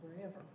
forever